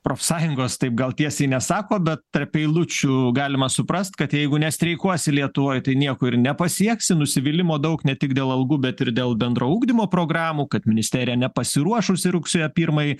profsąjungos taip gal tiesiai nesako bet tarp eilučių galima suprast kad jeigu nestreikuosi lietuvoj tai nieko ir nepasieksi nusivylimo daug ne tik dėl algų bet ir dėl bendrų ugdymo programų kad ministerija nepasiruošusi rugsėjo pirmai